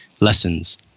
lessons